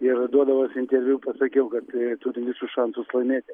ir duodamas interviu pasakiau kad turim visus šansus laimėti